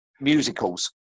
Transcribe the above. Musicals